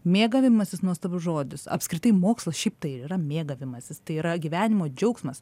mėgavimasis nuostabus žodis apskritai mokslas šiaip tai ir yra mėgavimasis tai yra gyvenimo džiaugsmas